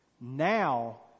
Now